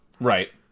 Right